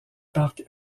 parc